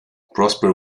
prosper